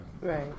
Right